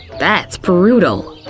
that's brutal!